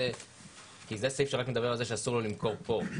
זה סעיף שרק מדבר על כך שאסור לו למכור כאן.